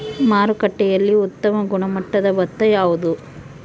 ಮಾರುಕಟ್ಟೆಯಲ್ಲಿ ಉತ್ತಮ ಗುಣಮಟ್ಟದ ಭತ್ತ ಯಾವುದು?